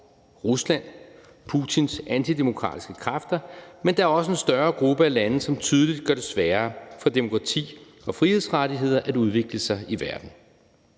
Rusland, Putins antidemokratiske kræfter, men der er også en større gruppe af lande, som tydeligt gør det sværere for demokrati og frihedsrettigheder at udvikle sig i verden.